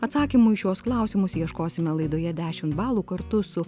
atsakymų į šiuos klausimus ieškosime laidoje dešimt balų kartu su